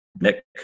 Nick